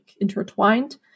intertwined